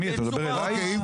אתה מדבר אליי?